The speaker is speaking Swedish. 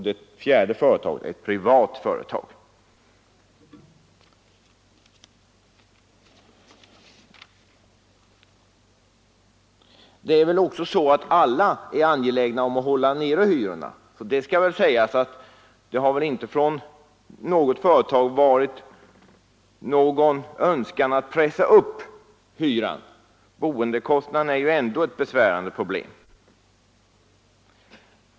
Det fjärde bostadsföretaget inom området är ett privat företag. Alla är väl angelägna om att hålla nere hyrorna, och det skall sägas att det inte från något företag har funnits en önskan att pressa upp hyrorna; boendekostnaderna är ju ändå ett besvärande problem.